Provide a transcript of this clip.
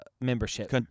membership